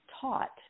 taught